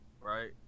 right